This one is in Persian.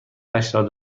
هشتاد